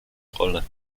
rolle